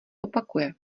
opakuje